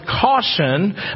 caution